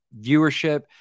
viewership